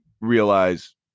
realize